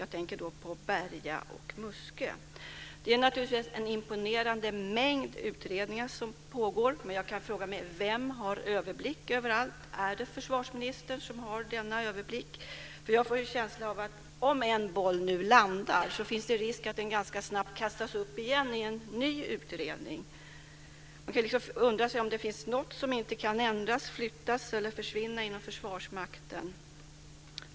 Jag tänker då på Det är naturligtvis en imponerande mängd utredningar som pågår. Men jag frågar mig: Vem har överblick över allt? Är det försvarsministern som har denna överblick? Jag får en känsla av att om en boll nu landar finns det risk att den ganska snabbt kastas upp igen i en ny utredning. Man kan undra om det finns något som inte kan ändras, flyttas eller försvinna inom Försvarsmakten.